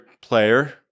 player